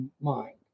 mind